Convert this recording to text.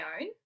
own